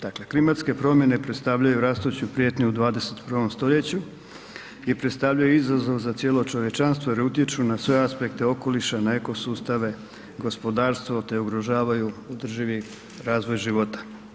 Dakle, klimatske promjene predstavljaju rastuću prijetnju u 21. stoljeću i predstavljaju izazov za cijelo čovječanstvo jer utječu na sve aspekte okoliša, na eko sustave, gospodarstvo te ugrožavaju održivi razvoj života.